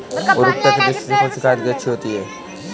उर्वरकता की दृष्टि से कौनसी खाद अच्छी होती है?